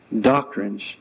doctrines